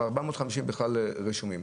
אבל 450 בכלל רשומים.